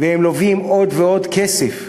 והם לווים עוד ועוד כסף.